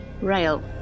Rail